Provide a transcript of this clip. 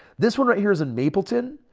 this one right here is in mapleton,